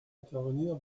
intervenir